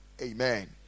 amen